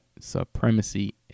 supremacy